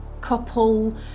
couple